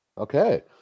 Okay